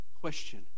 Question